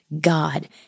God